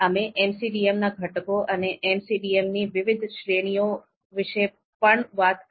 અમે MCDM ના ઘટકો અને MCDM ની વિવિધ શ્રેણીઓ વિશે પણ વાત કરી